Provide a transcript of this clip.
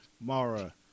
Mara